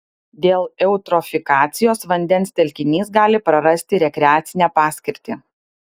dėl eutrofikacijos vandens telkinys gali prarasti rekreacinę paskirtį